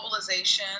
globalization